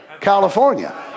California